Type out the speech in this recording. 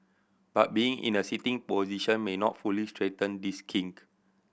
but being in a sitting position may not fully straighten this kink